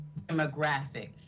demographic